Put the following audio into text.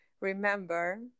remember